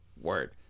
Word